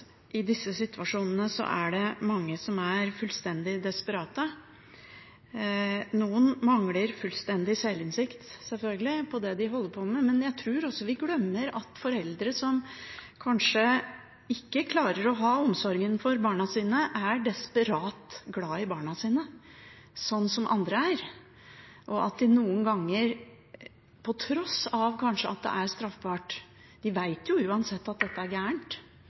i disse situasjonene er det mange som er fullstendig desperate. Noen mangler fullstendig selvinnsikt, selvfølgelig, i det de holder på med, men jeg tror også vi glemmer at foreldre som kanskje ikke klarer å ha omsorgen for barna sine, er desperat glad i barna sine, sånn som andre er, og at de noen ganger, på tross av at det er straffbart – de vet jo uansett at dette er